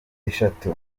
eshatu